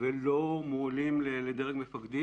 ולא מועלים לדרג מפקדים,